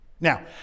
now